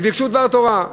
ביקשו דבר תורה.